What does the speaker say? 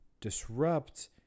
disrupt